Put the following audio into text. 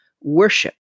worship